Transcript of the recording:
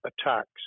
attacks